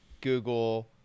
Google